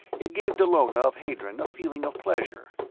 it gave dallona of hadron a feeling of pleasure.